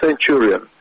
centurion